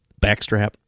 backstrap